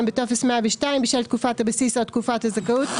בטופס 102 בשל תקופת הבסיס או תקופת הזכאות,